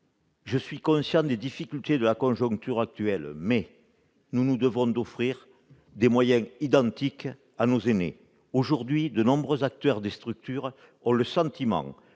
Je suis conscient des difficultés de la conjoncture actuelle, mais nous devons offrir des moyens identiques à nos aînés. Aujourd'hui, de nombreux acteurs des structures ont le sentiment